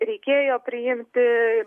reikėjo priimti